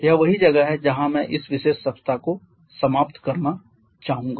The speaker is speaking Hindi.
यही वह जगह है जहां मैं इस विशेष सप्ताह को समाप्त करना चाहूंगा